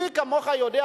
מי כמוך יודע,